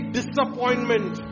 disappointment